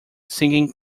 singing